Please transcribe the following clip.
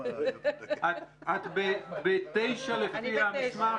את בהסתייגות 9 לפי המסמך,